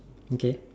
okay